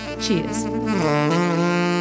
Cheers